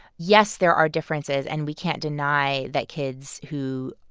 yes, there are differences, and we can't deny that kids who,